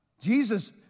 Jesus